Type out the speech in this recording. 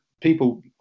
people